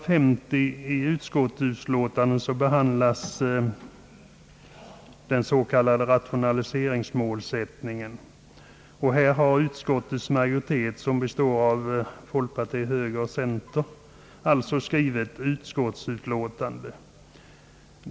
50 i utskottsutlåtandet behandlas den s.k. rationaliseringsmålsättningen. Här har utskottets majoritet, som består av folkpartiet, högern och centern, skrivit utskottsutlåtandet.